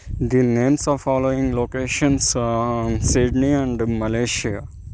the names of following locations Sydney and Malaysia